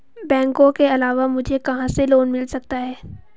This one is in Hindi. बैंकों के अलावा मुझे कहां से लोंन मिल सकता है?